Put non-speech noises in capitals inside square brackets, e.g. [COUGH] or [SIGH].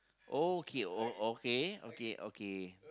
okay o~ o~ okay okay okay [NOISE]